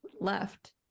left